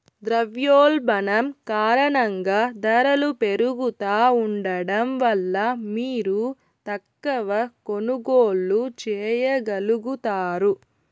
ద్రవ్యోల్బణం కారణంగా దరలు పెరుగుతా ఉండడం వల్ల మీరు తక్కవ కొనుగోల్లు చేయగలుగుతారు